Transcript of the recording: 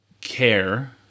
care